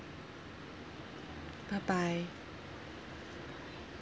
bye bye